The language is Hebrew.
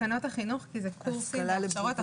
החינוך כי זאת השכלה למבוגרים.